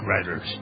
writers